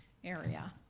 area.